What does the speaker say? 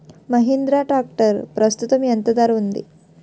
Mahindra tractor ప్రస్తుతం ఎంత ధర ఉంది?